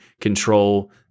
control